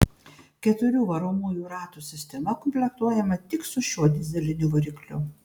keturių varomųjų ratų sistema komplektuojama tik su šiuo dyzeliniu varikliu